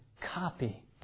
copy